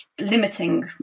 limiting